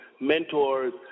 mentors